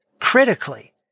critically